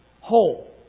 whole